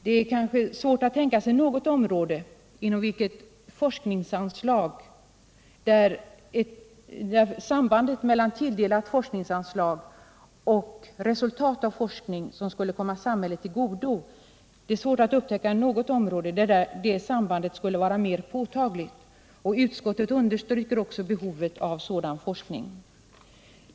Det är kanske svårt att tänka sig något område där sambandet mellan tilldelade forskningsanslag och resultat av forskning som skulle komma samhället till godo skulle vara mer påtagligt. Utskottet understryker också behovet av sådan forskning.